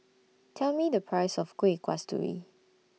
Tell Me The Price of Kuih Kasturi